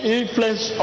influence